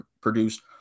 produced